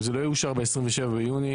אם זה לא יאושר ב-27 ביוני